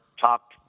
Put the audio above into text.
top